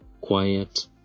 quiet